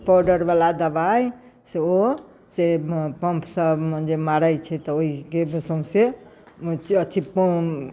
powder बला दवाइ से ओ से पम्प से जे मारैत छै तऽ ओहि से जे सौंसै अथि